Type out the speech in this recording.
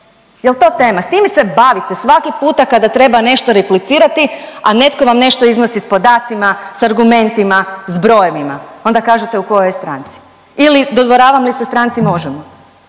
jel to tema? S time se bavite svaki puta kada treba nešto replicirati, a netko vam nešto iznosi s podacima, s argumentima, s brojevima, onda kažete u kojoj je stranci ili dodvoravam li se stranci Možemo!,